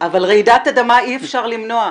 אבל רעידת אדמה אי אפשר למנוע.